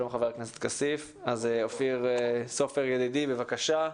אופיר סופר ידידי בבקשה.